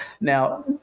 Now